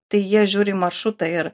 tai jie žiūri į maršrutą ir